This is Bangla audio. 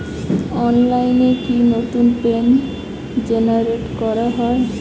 অনলাইনে কি নতুন পিন জেনারেট করা যায়?